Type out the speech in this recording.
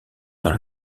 dans